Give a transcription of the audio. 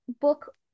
Book